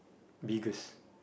biggest